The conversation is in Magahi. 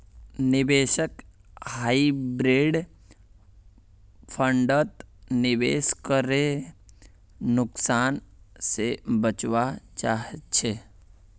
निवेशक हाइब्रिड फण्डत निवेश करे नुकसान से बचवा चाहछे